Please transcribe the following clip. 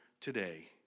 today